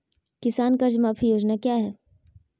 किसान कर्ज माफी योजना क्या है?